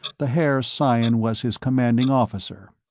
the haer scion was his commanding officer.